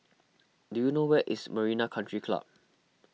do you know where is Marina Country Club